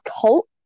cult